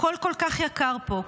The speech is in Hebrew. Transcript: הכול כל כך יקר פה,